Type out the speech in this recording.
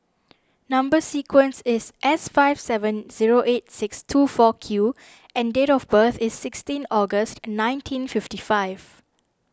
Number Sequence is S five seven zero eight six two four Q and date of birth is sixteen August nineteen fifty five